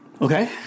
Okay